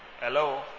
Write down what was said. hello